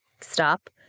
stop